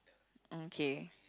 okay